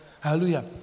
Hallelujah